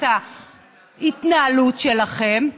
ההתנהלות שלכם,